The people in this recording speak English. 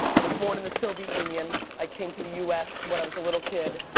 i was born in the soviet union, i came to the us when i was a little kid,